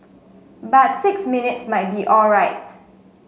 but six minutes might be alright